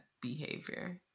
behavior